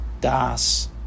das